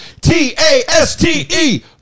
T-A-S-T-E